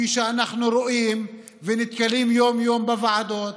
כפי שאנחנו רואים ונתקלים יום-יום בוועדות